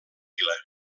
vila